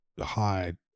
hide